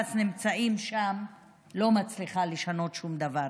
עבאס נמצאים שם לא מצליחה לשנות שום דבר.